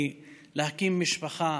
כי להקים משפחה,